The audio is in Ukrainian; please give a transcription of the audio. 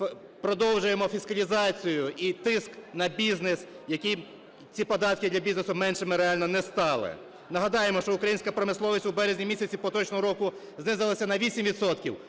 продовжуємо фіскалізацію і тиск на бізнес, ці податки для бізнесу меншими реально не стали. Нагадаємо, що українська промисловість у березні місяці поточного року знизилася на 8